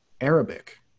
Arabic